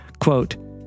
Quote